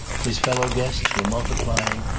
his fellow guests were multiplying,